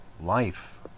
life